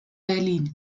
berlin